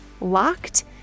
locked